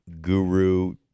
guru